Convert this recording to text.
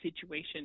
situation